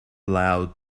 allowed